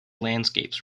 landscapes